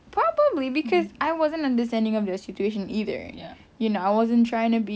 probably cause I wasn't understanding of their situation either you know I wasn't trying to be